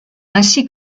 ainsi